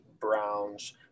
Browns